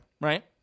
right